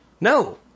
no